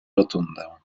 rotundę